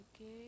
Okay